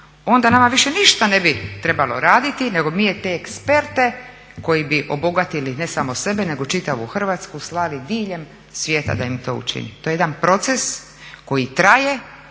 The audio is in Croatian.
onda nama više ništa ne bi trebalo raditi nego bi mi te eksperte koji bi obogatili ne samo sebe nego čitavu Hrvatsku slali diljem svijeta da im to učini. To je jedan proces koji traje,